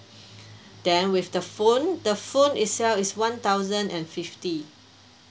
then with the phone the phone itself is one thousand and fifty